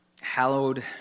hallowed